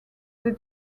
they